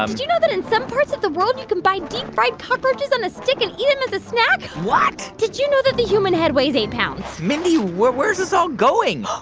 ah you you know that in some parts of the world, you can buy deep-fried cockroaches on a stick and eat them as a snack? what? did you know that the human head weighs eight pounds? mindy, where's this all going?